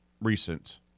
recent –